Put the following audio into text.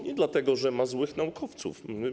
Nie dlatego, że mamy złych naukowców.